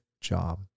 job